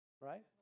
Right